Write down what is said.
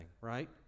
right